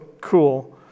cool